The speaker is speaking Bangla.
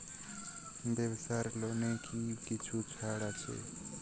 ব্যাবসার লোনে কি কিছু ছাড় আছে?